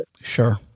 Sure